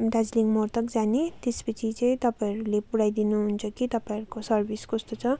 दार्जीलिङ मोड तक जाने त्यस पछि चाहिँ तपाईँहरूले पुऱ्याइदिनु हुन्छ कि तपाईँहरूको सर्विस कस्तो छ